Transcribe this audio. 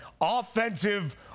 offensive